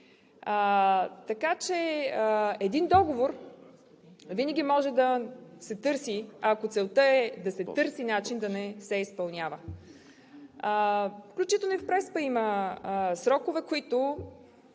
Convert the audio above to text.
Така че един договор винаги може да се търси, ако целта е да се търси начин да не се изпълнява. Включително и в Преспа има срокове, които